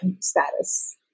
status